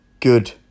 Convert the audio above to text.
good